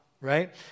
right